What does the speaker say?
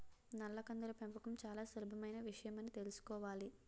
నల్ల కందుల పెంపకం చాలా సులభమైన విషయమని తెలుసుకోవాలి